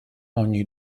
ogni